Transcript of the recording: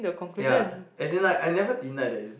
ya as in like I never deny that it's